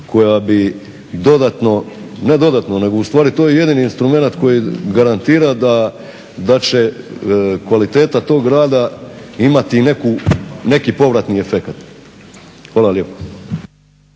koja bi dodatno, ne dodatno nego ustvari to je jedini instrumenat koji garantira da će kvaliteta tog rada imati neki povratni efekat. Hvala lijepa.